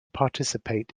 participate